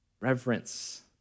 reverence